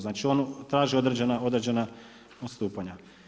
Znači on traži određena odstupanja.